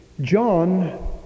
John